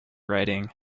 riding